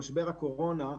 במשבר הקורונה,